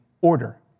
order